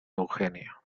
eugenio